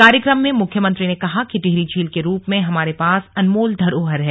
कार्यक्रम में मुख्यमंत्री ने कहा कि टिहरी झील के रूप में हमारे पास अनमोल धरोहर है